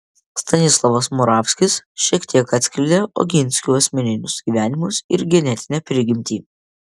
stanislovas moravskis šiek tiek atskleidė oginskių asmeninius gyvenimus ir genetinę prigimtį